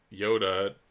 Yoda